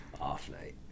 off-night